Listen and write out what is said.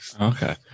okay